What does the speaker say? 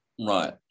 right